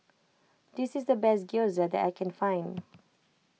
this is the best Gyoza that I can find